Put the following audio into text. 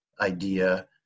idea